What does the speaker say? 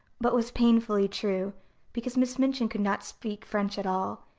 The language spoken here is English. but was painfully true because miss minchin could not speak french at all,